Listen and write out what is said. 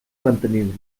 mantenir